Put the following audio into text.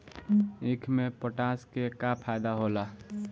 ईख मे पोटास के का फायदा होला?